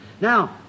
Now